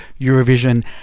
Eurovision